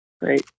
Great